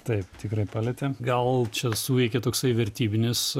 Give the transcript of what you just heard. taip tikrai palietė gal čia suveikė toksai vertybinis